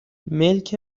ملک